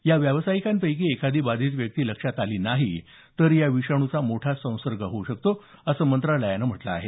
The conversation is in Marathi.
या व्यावसायिकांपैकी एखादी बाधित व्यक्ती लक्षात आली नाही तर या विषाणूचा मोठा संसर्ग होऊ शकतो असं मंत्रालयानं म्हटलं आहे